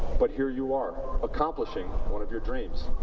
but here you are accomplishing one of your dreams.